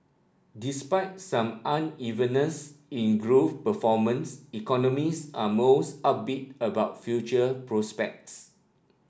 despite some unevenness in growth performance economies are most upbeat about future prospects